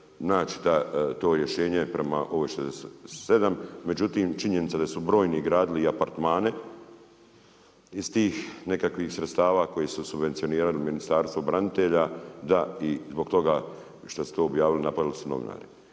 naći to rješenje prema ovo 67. Međutim, činjenica da su brojni gradili i apartmane iz tih nekakvih sredstava koji su subvencionirali Ministarstvo branitelja, da i zbog toga što su to objavili napali su novinari.